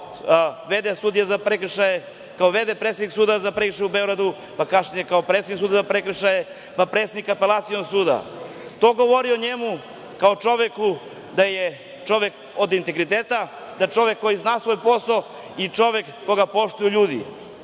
kao v.d. predsednik suda za prekršaje u Beogradu, kao predsednik suda za prekršaje, pa predsednik Apelacionog suda. To govori o njemu kao čoveku da je čovek od integriteta, da je to čovek koji zna svoj posao i čovek koga poštuju ljudi.